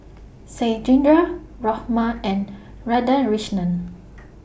Satyendra Ramnath and Radhakrishnan